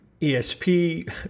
ESP